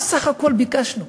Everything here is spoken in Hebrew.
מה בסך הכול ביקשנו?